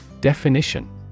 Definition